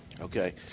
Okay